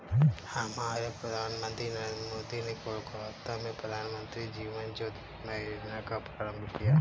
हमारे प्रधानमंत्री नरेंद्र मोदी ने कोलकाता में प्रधानमंत्री जीवन ज्योति बीमा योजना का प्रारंभ किया